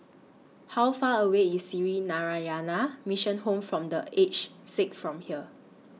How Far away IS Sree Narayana Mission Home For The Aged Sick from here